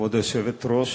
כבוד היושבת-ראש,